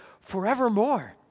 forevermore